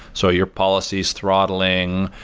so your policy is throttling,